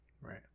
Right